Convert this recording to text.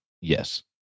Yes